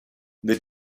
the